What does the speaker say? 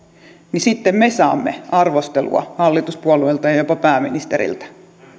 niin sitten me saamme arvostelua hallituspuolueelta ja ja jopa pääministeriltä